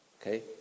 Okay